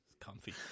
comfy